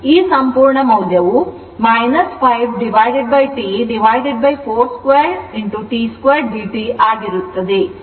ಈ ಸಂಪೂರ್ಣ ಮೌಲ್ಯವು 5 T42t2dt ಆಗಿರುತ್ತದೆ